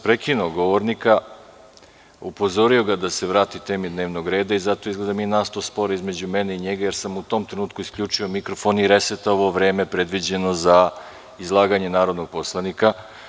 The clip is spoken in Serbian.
Prekinuo sam govornika, upozorio ga da se vrati temi dnevnog reda i zato je nastao spor između mene i njega, jer sam u tom trenutku isključio mikrofon i resetovao vreme predviđeno za izlaganje narodnog poslanika.